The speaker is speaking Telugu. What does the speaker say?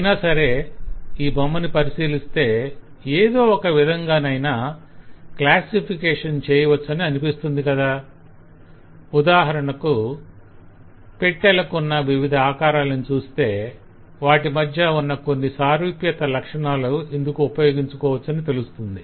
అయినా సరే ఈ బొమ్మని పరిశీలిస్తే ఎదో ఒక విధంగానైన క్లాసిఫికేషణ్ చేయవచ్చని అనిపిస్తుంది కదా ఉదాహరణకు పెట్టెలకున్న వివిధ ఆకారాలని చూస్తే వాటి మధ్య ఉన్న కొన్ని సారూప్యత లక్షణాలను ఇందుకు ఉపయోగించుకోవచ్చని తెలుస్తుంది